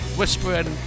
whispering